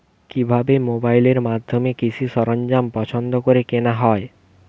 কিভাবে মোবাইলের মাধ্যমে কৃষি সরঞ্জাম পছন্দ করে কেনা হয়?